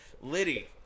Liddy